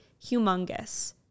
humongous